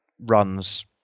runs